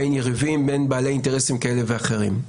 בין יריבים, בין בעלי אינטרסים כאלה ואחרים.